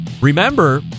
Remember